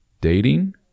Dating